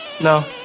No